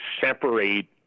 separate